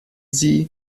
sie